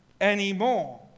anymore